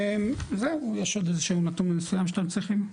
זהו, יש עוד איזשהו נתון מסוים שאתם צריכים?